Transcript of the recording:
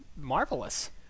marvelous